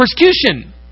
persecution